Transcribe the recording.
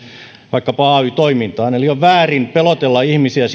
vaikkapa ay toimintaan eli mielestäni on väärin pelotella ihmisiä